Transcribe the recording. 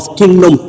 kingdom